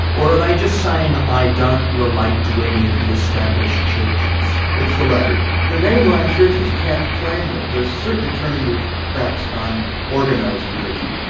or are they just saying i don't relate to any of the established churches? it's the latter. the mainline churches can't claim them. they're certainly turning their backs on organised religion.